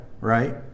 right